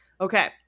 Okay